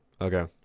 Okay